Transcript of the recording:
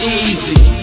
easy